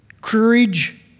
courage